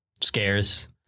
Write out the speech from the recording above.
scares